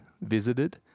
visited